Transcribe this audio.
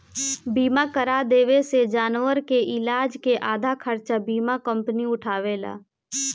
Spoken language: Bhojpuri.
बीमा करा देवे से जानवर के इलाज के आधा खर्चा बीमा कंपनी उठावेला